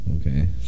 Okay